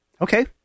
Okay